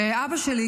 ואבא שלי,